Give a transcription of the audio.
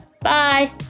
Bye